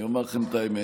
אני אומר לכם את האמת.